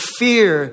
fear